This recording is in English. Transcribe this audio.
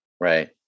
Right